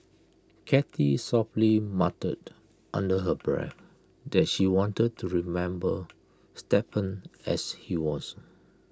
cathy softly muttered under her breath that she wanted to remember Stephen as he was